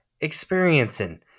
experiencing